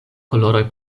koloroj